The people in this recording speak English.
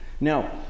Now